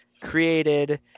created